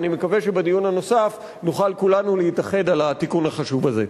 ואני מקווה שבדיון הנוסף נוכל כולנו להתאחד על התיקון החשוב הזה.